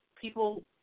people